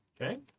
Okay